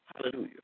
Hallelujah